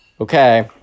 okay